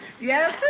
Yes